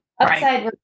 upside